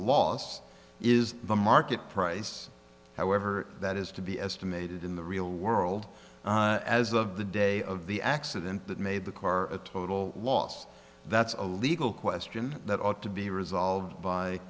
last is the market price however that is to be estimated in the real world as of the day of the accident that made the car a total loss that's a legal question that ought to be resolved by